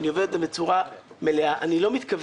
אני אומר את זה בצורה מלאה: אני לא מתכוון